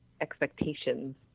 expectations